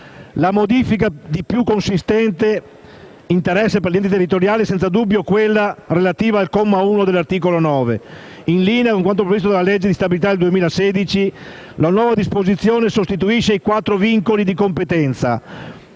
La modifica di più consistente interesse per gli enti territoriali è, senza dubbio, quella relativa al comma 1 dell'articolo 9. In linea con quanto previsto dalla legge di stabilità 2016, la nuova disposizione sostituisce i quattro vincoli di competenza